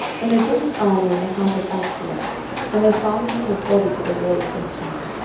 and they put his armour in the house of ashtaroth and they fastened his body to the wall of bethshan.